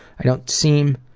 i don't seem